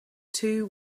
two